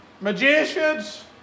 magicians